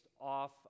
off